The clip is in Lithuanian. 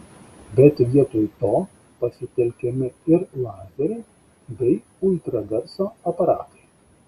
bet vietoj to pasitelkiami ir lazeriai bei ultragarso aparatai